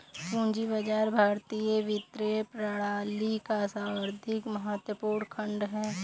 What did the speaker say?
पूंजी बाजार भारतीय वित्तीय प्रणाली का सर्वाधिक महत्वपूर्ण खण्ड है